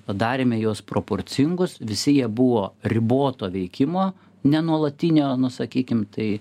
padarėme juos proporcingus visi jie buvo riboto veikimo ne nuolatinio nu sakykim tai